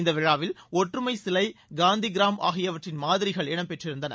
இந்த விழாவில் ஒற்றுமை சிலை காந்தி கிராம் ஆகியவற்றின் மாதிரிகள் இடம்பெற்றிருந்தன